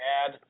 add